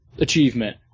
achievement